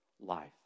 Life